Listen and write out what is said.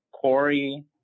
Corey